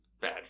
Bad